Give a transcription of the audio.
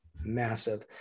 massive